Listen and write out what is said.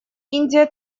индия